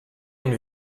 and